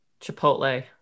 Chipotle